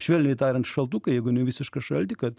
švelniai tariant šaltuką jeigu ne visišką šaltį kad